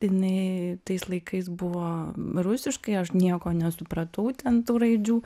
jinai tais laikais buvo rusiškai aš nieko nesupratau ten tų raidžių